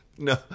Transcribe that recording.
No